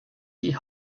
die